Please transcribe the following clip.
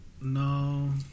no